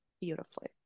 beautifully